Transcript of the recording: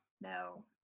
no